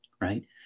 right